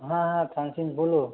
हाँ हाँ थान सिंह बोलो